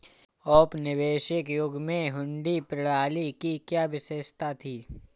औपनिवेशिक युग में हुंडी प्रणाली की क्या विशेषता थी?